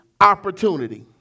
opportunity